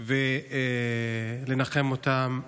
ולנחם אותן.